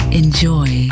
enjoy